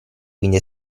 quindi